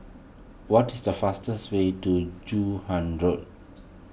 what is the fastest way to Joon Hiang Road